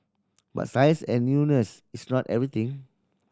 but size and newness is not everything